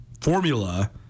formula